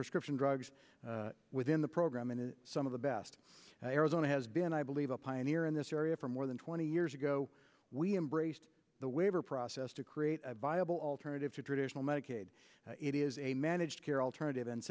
prescription drugs within the program and some of the best arizona has been i believe a pioneer in this area for more than twenty years ago we embrace the waiver process to create a viable alternative to traditional medicaid it is a managed care alternative and